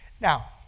Now